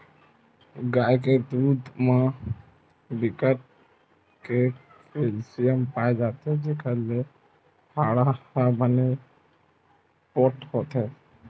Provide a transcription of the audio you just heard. गाय के दूद म बिकट के केल्सियम पाए जाथे जेखर ले हाड़ा ह बने पोठ होथे